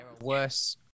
Worse